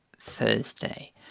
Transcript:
Thursday